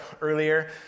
earlier